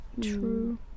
True